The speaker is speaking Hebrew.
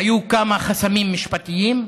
היו כמה חסמים משפטיים.